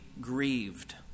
grieved